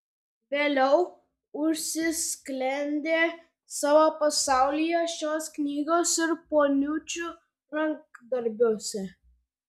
vėliau užsisklendė savo pasaulyje knygose ir poniučių rankdarbiuose